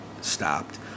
stopped